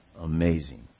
amazing